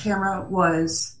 camera was